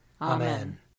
Amen